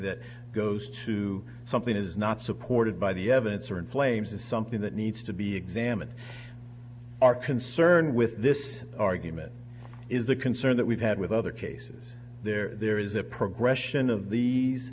that goes to something is not supported by the evidence or inflames is something that needs to be examined our concern with this argument is a concern that we've had with other cases there there is a progression of these